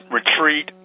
retreat